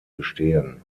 bestehen